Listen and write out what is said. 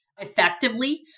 effectively